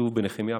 ככתוב בנחמיה,